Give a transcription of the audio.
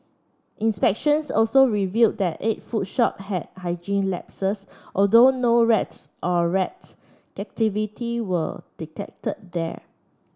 inspections also reveal that eight food shop had hygiene lapses although no rats or rats activity were detected there